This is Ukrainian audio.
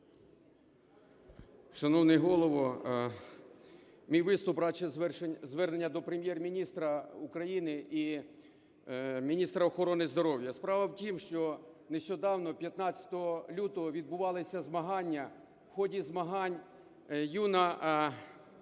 Шановний Голово! Мій виступ радше звернення до Прем'єр-міністра України і міністра охорони здоров'я. Справа в тім, що нещодавно 15 лютого відбувались змагання. В ході змагань юна